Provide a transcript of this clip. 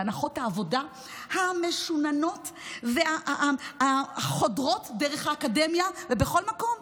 זה הנחות העבודה המשוננות והחודרות דרך האקדמיה ובכל מקום.